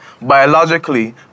biologically